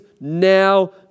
now